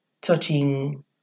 touching